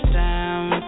down